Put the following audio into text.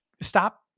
stop